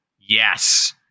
Yes